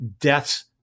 deaths